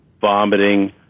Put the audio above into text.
vomiting